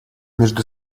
между